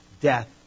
death